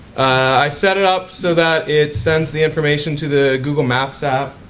i set it up so that it sends the information to the google maps app.